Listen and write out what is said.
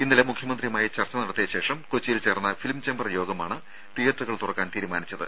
ഇന്നലെ മുഖ്യമന്ത്രിയുമായി ചർച്ച നടത്തിയ ശേഷം കൊച്ചിയിൽ ചേർന്ന ഫിലിം ചേംബർ യോഗമാണ് തിയേറ്ററുകൾ തുറക്കാൻ തീരുമാനിച്ചത്